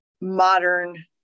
modern